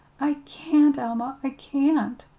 i can't, alma, i can't!